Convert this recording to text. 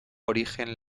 origen